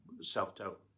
self-doubt